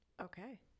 Okay